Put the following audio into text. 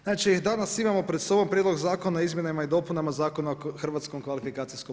Znači danas imamo pred sobom prijedlog zakona o izmjenama i dopunama Zakona o HKO-u.